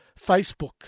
Facebook